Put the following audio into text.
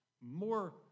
more